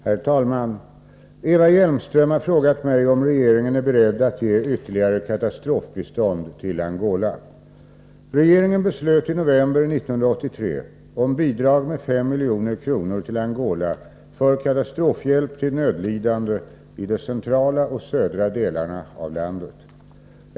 Herr talman! Eva Hjelmström har frågat mig om regeringen är beredd att ge ytterligare katastrofbistånd till Angola. Regeringen beslöt i november 1983 om bidrag med 5 milj.kr. till Angola för katastrofhjälp till nödlidande i de centrala och södra delarna av landet.